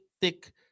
thick